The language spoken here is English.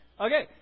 Okay